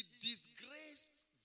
disgraced